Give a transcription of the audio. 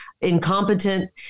incompetent